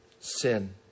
sin